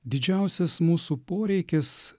didžiausias mūsų poreikis